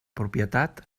propietat